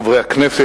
חברי חברי הכנסת,